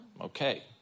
Okay